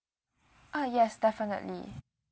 ah yes definitely